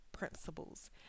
principles